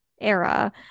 era